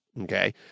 okay